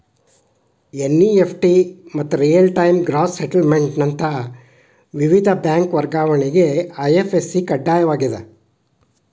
NEFT ಮತ್ತ real time gross settlement ನಂತ ವಿವಿಧ ಬ್ಯಾಂಕ್ ವರ್ಗಾವಣೆಗೆ ಐ.ಎಫ್.ಎಸ್.ಸಿ ಕಡ್ಡಾಯವಾಗ್ಯದ